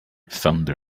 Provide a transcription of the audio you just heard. thunder